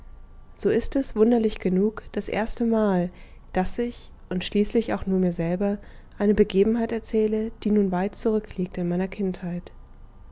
so ist es wunderlich genug das erstemal daß ich und schließlich auch nur mir selber eine begebenheit erzähle die nun weit zurückliegt in meiner kindheit